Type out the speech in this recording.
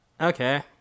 Okay